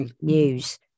News